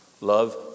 Love